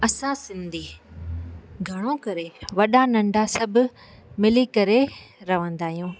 असां सिंधी घणो करे वॾा नंढा सभु मिली करे रहंदा आहियूं